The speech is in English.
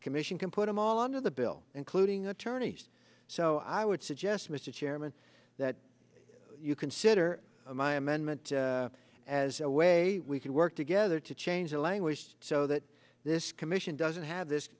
commission can put them all under the bill including attorneys so i would suggest mr chairman that you consider my amendment as a way we can work together to change the language so that this commission doesn't have this